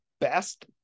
best